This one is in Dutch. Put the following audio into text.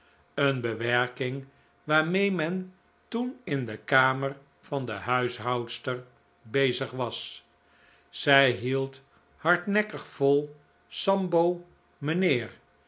een bewerking waarmee men toen in de kamer van de huishoudster bezig was zij hield hardnekkig vol sambo mijnheer